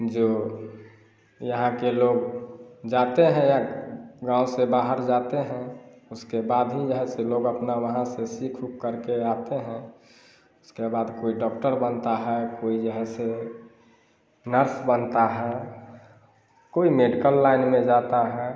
जो यहाँ के लोग जाते हैं या गाँव से बाहर जाते हैं उसके बाद ही जो है से लोग अपना वहाँ से सीख ऊख कर के आते हैं उसके बाद कोई डॉक्टर बनता है कोई जो है से नर्स बनता है कोई मेडिकल लाइन में जाता है